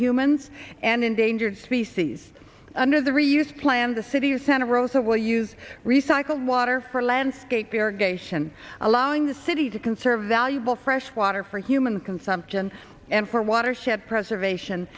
humans and endangered species under the reuse plan the city of santa rosa will use recycled water for landscape irrigation allowing the city to conserve valuable fresh water for human consumption and for watershed preservation